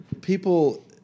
People